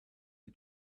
the